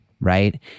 Right